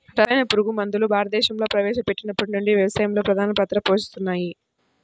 రసాయన పురుగుమందులు భారతదేశంలో ప్రవేశపెట్టినప్పటి నుండి వ్యవసాయంలో ప్రధాన పాత్ర పోషిస్తున్నాయి